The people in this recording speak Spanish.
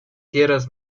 tierras